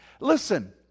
Listen